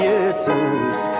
Jesus